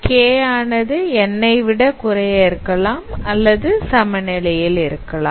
K ஆனது n ஐ விட குறைய இருக்கலாம் அல்லது சமநிலையில் இருக்கலாம்